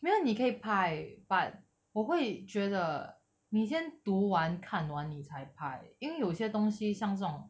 没有你可以拍 but 我会觉得你先读完看完你才拍因为有些东西像这种